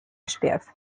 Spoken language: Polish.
śpiew